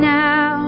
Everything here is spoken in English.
now